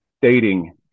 stating